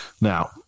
Now